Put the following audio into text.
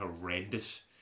horrendous